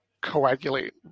coagulate